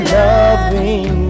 loving